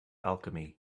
alchemy